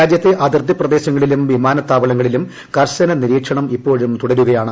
രാജ്യത്തെ അതിർത്തി പ്രദേശങ്ങളിലും വിമാനത്താവളങ്ങളിലും കർശന നിരീക്ഷണം ഇപ്പോഴും തുടരുകയാണ്